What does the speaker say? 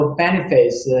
benefits